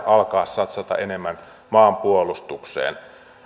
alkaa satsata enemmän maanpuolustukseen